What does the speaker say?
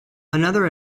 another